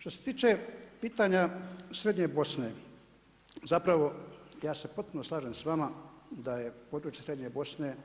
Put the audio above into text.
Što se tiče pitanja srednje Bosne, zapravo ja se potpuno slažem s vama da je područje srednje Bosne